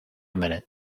minute